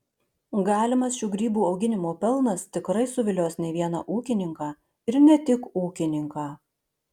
galimas šių grybų auginimo pelnas tikrai suvilios ne vieną ūkininką ir ne tik ūkininką